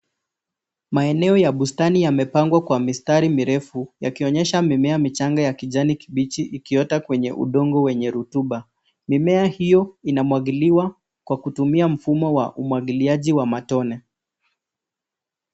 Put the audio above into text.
Maeneo ya bustani yamepangwa kwa mistari mirefu yakionyesha mimea michanga ya kijani kibichi ikiota kwenye udongo wenye rutuba. Mimea hiyo inamwagiliwa kwa kutumia mfumo wa umwagiliaji wa matone.